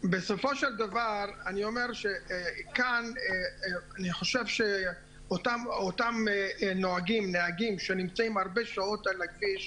בסופו של דבר אני חושב שאותם נהגים שנמצאים הרבה שעות על הכביש,